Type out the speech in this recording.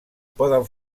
poden